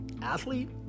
athlete